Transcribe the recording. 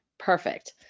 Perfect